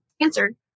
answered